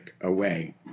away